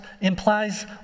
implies